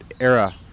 era